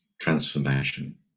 transformation